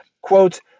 Quote